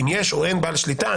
אם יש או אין בעל שליטה,